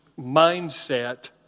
mindset